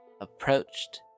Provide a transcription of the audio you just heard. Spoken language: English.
approached